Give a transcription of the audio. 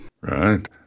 Right